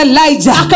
Elijah